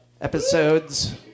episodes